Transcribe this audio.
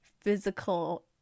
physical